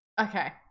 Okay